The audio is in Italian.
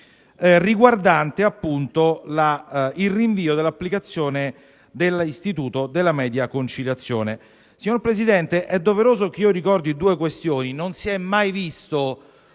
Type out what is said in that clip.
riguardante appunto il rinvio dell'applicazione dell'istituto della media conciliazione. Signor Presidente, è doveroso che io ricordi due questioni. Non si è mai visto